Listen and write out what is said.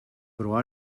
però